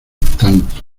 tanto